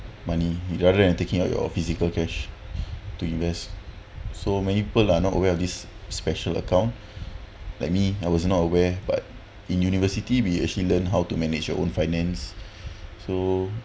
money rather than taking out your physical cash to invest so many people are not aware of this special account like me I was not aware but in university we actually learn how to manage your own finance so